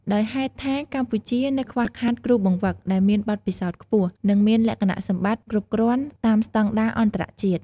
ដោយហេតុថាកម្ពុជានៅខ្វះខាតគ្រូបង្វឹកដែលមានបទពិសោធន៍ខ្ពស់ និងមានលក្ខណៈសម្បត្តិគ្រប់គ្រាន់តាមស្តង់ដារអន្តរជាតិ។